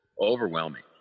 overwhelming